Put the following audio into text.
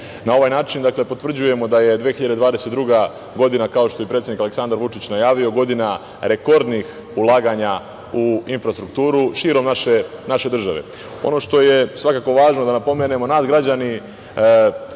Na ovaj način potvrđujemo da je 2022. godina, kao što je predsednik Aleksandar Vučić najavio, godina rekordnih ulaganja u infrastrukturu širom naše države. Ono što je svakako važno da napomenemo, nas građani